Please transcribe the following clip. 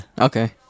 okay